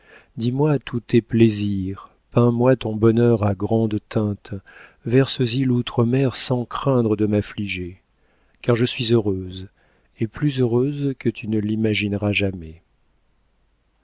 dis-moi tous tes plaisirs peins moi ton bonheur à grandes teintes verses y l'outremer sans craindre de m'affliger car je suis heureuse et plus heureuse que tu ne l'imagineras jamais